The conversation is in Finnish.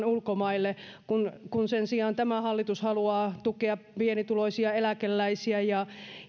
ulkomaille kun kun sen sijaan tämä hallitus haluaa tukea pienituloisia eläkeläisiä ja